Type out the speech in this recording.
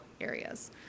areas